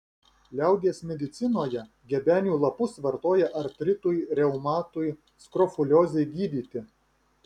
liaudies medicinoje gebenių lapus vartoja artritui reumatui skrofuliozei gydyti